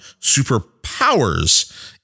superpowers